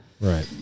Right